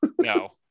No